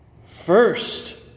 first